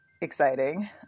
exciting